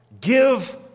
Give